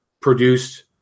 produced